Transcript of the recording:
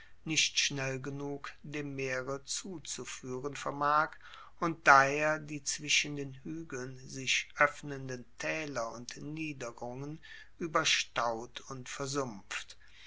nicht schnell genug dem meere zuzufuehren vermag und daher die zwischen den huegeln sich oeffnenden taeler und niederungen ueberstaut und versumpft